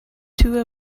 two